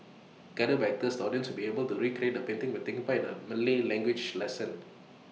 guided by actors the audience will be able to recreate the painting by taking part in A Malay language lesson